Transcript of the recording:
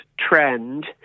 trend